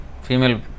female